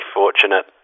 fortunate